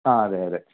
ആ അതെയതെ